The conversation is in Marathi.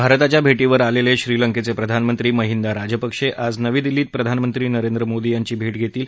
भारताच्या भेटीवर आलेले श्रीलंकेचे प्रधानमंत्री महिंदा राजपक्षे आज नवी दिल्लीत प्रधानमंत्री नरेंद्र मोदी यांची भेट घेतील